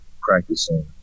practicing